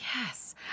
Yes